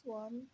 one